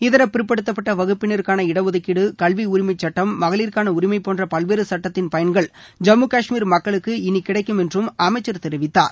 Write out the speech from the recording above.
இதர பிற்படுத்தப்பட்ட வகுப்பினருக்கான இடஒதுக்கீடு கல்வி உரிமைச்சுட்டம் மகளிருக்கான உரிமை போன்ற பல்வேறு சட்டத்தின் பயன்கள் ஜம்மு கஷ்மீர் மக்களுக்கு இனி கிடைக்கும் என்றும் அமைச்சர் தெரிவித்தார்